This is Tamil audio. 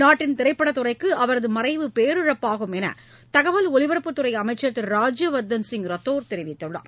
நாட்டின் திரைப்படத் துறைக்கு அவரது மறைவு பேரிழப்பாகும் என்று தகவல் ஒலிபரப்புத் துறை அமைச்சர் திரு ராஜ்யவர்தன் சிங் ரத்தோர் தெரிவித்துள்ளார்